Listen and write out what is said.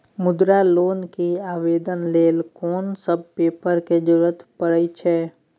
मुद्रा लोन के आवेदन लेल कोन सब पेपर के जरूरत परै छै?